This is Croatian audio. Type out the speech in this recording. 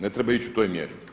Ne treba ići u toj mjeri.